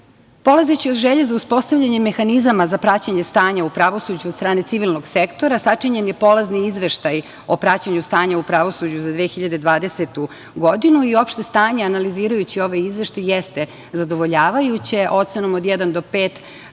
Srbiji. Polazeći od želje za uspostavljanjem mehanizama za praćenje stanja u pravosuđu od strane civilnog sektora, sačinjen je polazni Izveštaj o praćenju stanja u pravosuđu za 2020. godinu i opšte stanje. Analizirajući ovaj izveštaj, jeste zadovoljavajuće. Ocenom od jedan do pet